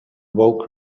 woke